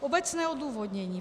Obecné odůvodnění.